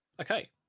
Okay